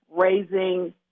raising